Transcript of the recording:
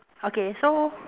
okay so